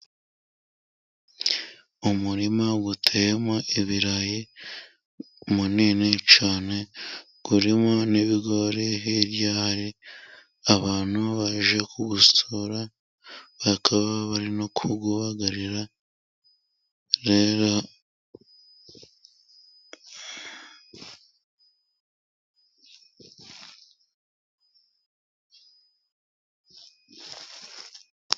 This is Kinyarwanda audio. Umurima uteyemo ibirayi munini cyane, urimo n'ibigori hirya hari abantu baje kuwusura bakaba bari no kuwubagarira rero.